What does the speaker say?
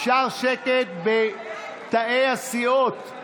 אפשר שקט בתאי הסיעות.